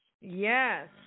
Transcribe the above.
Yes